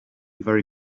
very